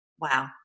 Wow